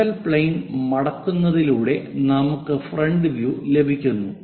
frontal plane മടക്കുന്നതിലൂടെ നമുക്ക് front view ലഭിക്കുന്നു